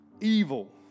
evil